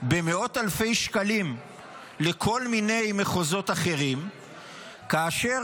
במאות אלפי שקלים לכל מיני מחוזות אחרים כאשר